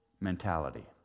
mentality